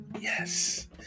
Yes